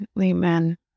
Amen